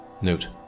Note